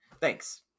Thanks